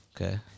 Okay